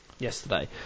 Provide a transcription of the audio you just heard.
Yesterday